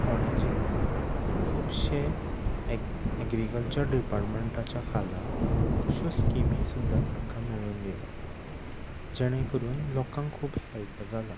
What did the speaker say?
फोणे जिल्ल्यान खुबशे एग एग्रिकल्च डिपाटमँटाच्या खाला खुबश्यो स्किमी सुद्दां तांकां मेळोवन दिल्यात जणे करून लोकांक खूब हॅल्प जाला